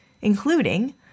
including